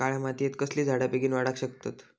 काळ्या मातयेत कसले झाडा बेगीन वाडाक शकतत?